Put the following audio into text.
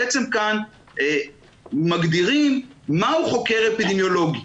כאן מגדירים מה הוא חוקר אפידמיולוגי.